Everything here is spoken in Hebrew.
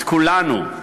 את כולנו,